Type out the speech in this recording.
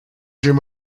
dream